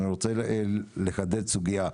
אני רוצה לחדד סוגייה.